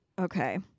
Okay